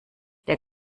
der